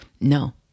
no